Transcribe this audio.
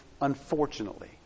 unfortunately